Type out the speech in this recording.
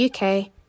UK